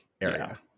area